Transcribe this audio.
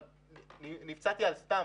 אבל נפצעתי על סתם,